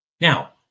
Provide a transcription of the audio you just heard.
Now